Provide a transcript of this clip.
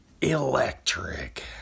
Electric